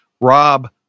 Rob